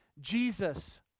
Jesus